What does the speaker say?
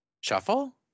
Shuffle